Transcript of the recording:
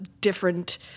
different